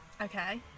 Okay